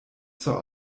zur